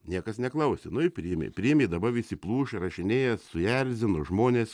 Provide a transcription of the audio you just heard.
niekas neklausė nu ir priėmė priėmė dabar visi pluša rašinėja suerzino žmones